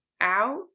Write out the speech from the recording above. out